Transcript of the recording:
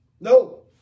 no